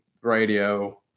radio